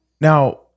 Now